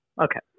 okay